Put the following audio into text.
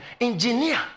engineer